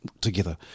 together